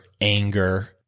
anger